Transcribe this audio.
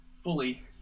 fully